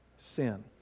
Sin